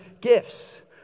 gifts